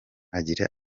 agira